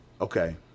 Okay